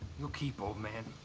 you keep, old man.